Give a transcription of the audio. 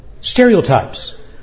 stereotypes